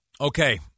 Okay